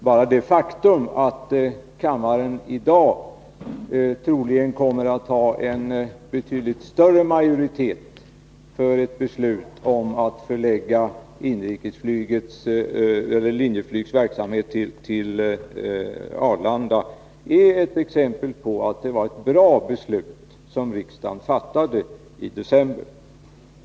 Bara det faktum att kammaren i dag troligen kommer att ha en betydligt större majoritet för ett beslut om att förlägga Linjeflygs verksamhet till Arlanda är ett bevis för att det var ett bra beslut som riksdagen fattade i december.